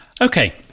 Okay